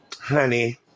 honey